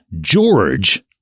George